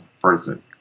person